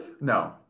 No